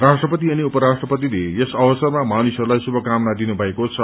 राष्ट्रपति अनि उपराष्ट्रपति ले यस अवसरमा मानिसहरूलाई शुभकामना दिनुभएको छ